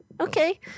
Okay